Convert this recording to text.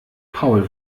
paul